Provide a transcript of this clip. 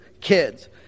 kids